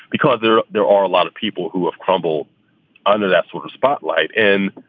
because there there are a lot of people who have crumble under that sort of spotlight. and.